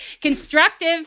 constructive